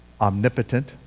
omnipotent